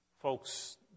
Folks